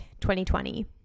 2020